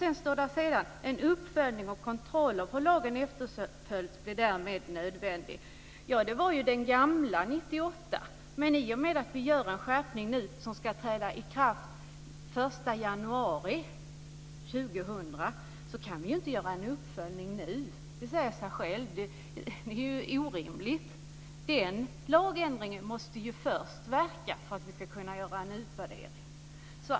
Sedan står det: En uppföljning och kontroll av hur lagen efterföljs blir därmed nödvändig. Det här gällde ju den gamla, från 1998. I och med att en ändring ska träda i kraft den 1 januari 2000 kan vi ju inte göra en uppföljning nu. Det säger sig självt. Det är orimligt. Den här lagändringen måste ju först verka för att vi ska kunna göra en utvärdering.